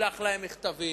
נשלח להם מכתבים,